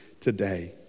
today